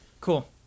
Cool